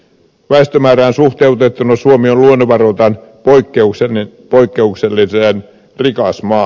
väestömäärään suhteutettuna suomi on luonnonvaroiltaan poikkeuksellisen rikas maa